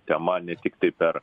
tema ne tiktai per